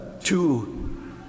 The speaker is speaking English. two